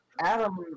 Adam